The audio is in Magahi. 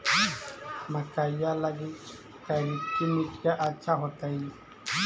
मकईया लगी करिकी मिट्टियां अच्छा होतई